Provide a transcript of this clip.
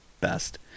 best